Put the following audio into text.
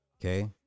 Okay